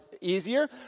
easier